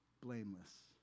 blameless